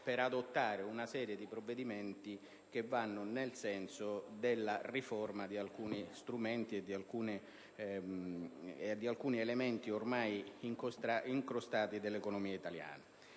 per adottare una serie di provvedimenti che vanno nel senso della riforma di alcuni elementi ormai incrostati dell'economia italiana.